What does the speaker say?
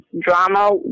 drama